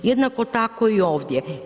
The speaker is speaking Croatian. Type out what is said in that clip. Jednako tako i ovdje.